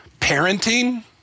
parenting